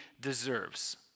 deserves